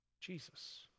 Jesus